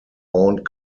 aunt